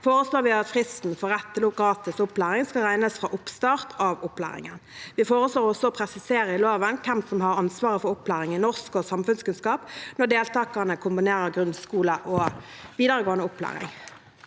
foreslår vi at fristen for rett til gratis opplæring skal regnes fra oppstart av opplæringen. Vi foreslår også å presisere i loven hvem som har ansvaret for opplæring i norsk og samfunnskunnskap når deltakerne kombinerer grunnskole og videregående opplæring.